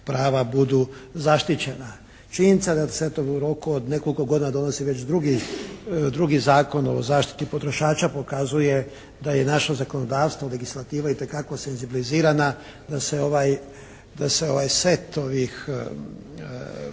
prava budu zaštićena. Činjenica da se, eto, u roku od nekoliko godina donosi već drugi Zakon o zaštiti potrošača pokazuje da je naše zakonodavstvo, legislativa itekako senzibilizirana da se ovaj set ovih